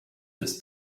his